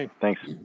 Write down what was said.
Thanks